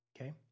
Okay